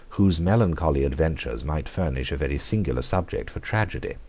whose melancholy adventures might furnish a very singular subject for tragedy.